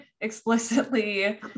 explicitly